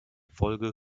folge